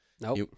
Nope